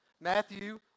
Matthew